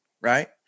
Right